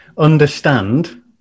understand